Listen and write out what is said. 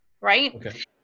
right